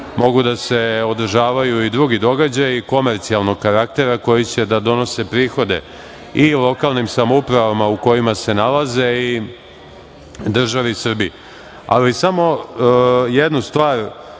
mogu da se održavaju i drugi događaji, komercijalnog karaktera koji će da donose prihode i lokalnim samoupravama u kojima se nalaze i državi Srbiji. Ali samo jednu stvar